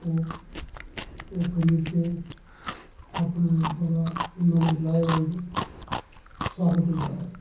ਉਹ ਉਹ ਖਰੀਦ ਕੇ ਆਪਣੇ ਬੜਾ ਉਹਨਾਂ ਨੂੰ ਲਾਹੇਵੰਦ ਸਾਬਿਤ ਹੁੰਦਾ ਹੈ